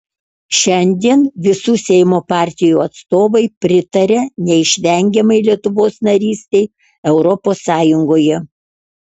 šiandien visų seimo partijų atstovai pritaria neišvengiamai lietuvos narystei europos sąjungoje